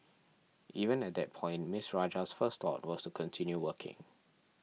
even at that point Ms Rajah's first thought was to continue working